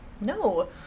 No